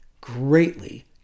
greatly